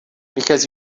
because